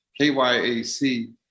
KYAC